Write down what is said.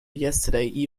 yesterday